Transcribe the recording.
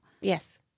Yes